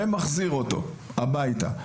ומחזיר אותו הביתה.